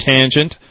Tangent